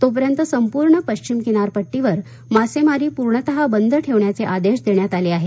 तोपर्यंत संपूर्ण पश्विम किनारपट्टीवर मार्सेमारी पूर्णत बंद ठेवण्याचे आदेश देण्यात आले आहेत